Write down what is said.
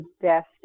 best